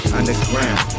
Underground